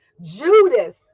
Judas